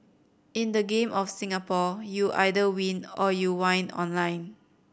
in the Game of Singapore you either win or you whine online